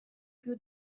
più